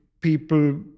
people